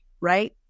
right